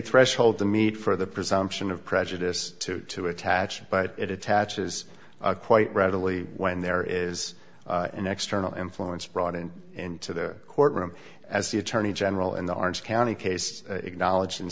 threshold to meet for the presumption of prejudice to to attach but it attaches quite readily when there is an extra influence brought in into the courtroom as the attorney general and the arch county case acknowledged in